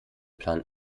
plan